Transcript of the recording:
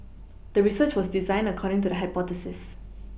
the research was designed according to the hypothesis